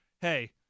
hey